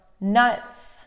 nuts